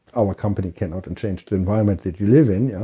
our company cannot and change the environment that you live in.